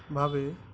ভাবে